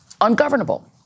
ungovernable